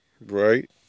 Right